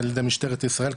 על ידי משטרת ישראל,